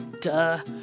duh